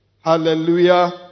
Hallelujah